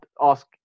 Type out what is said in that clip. ask